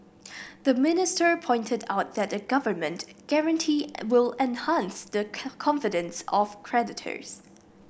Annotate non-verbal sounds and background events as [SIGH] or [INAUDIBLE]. the minister pointed out that a government guarantee will enhance the [UNINTELLIGIBLE] confidence of creditors